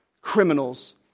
criminals